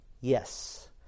Yes